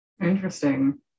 Interesting